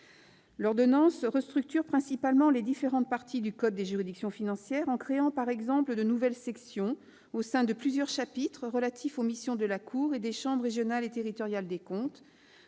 L'ordonnance restructure principalement les différentes parties du code des juridictions financières en créant, par exemple, de nouvelles sections au sein de plusieurs chapitres relatifs aux missions de la Cour et des chambres régionales et territoriales des comptes